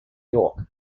york